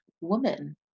woman